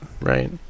Right